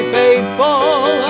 faithful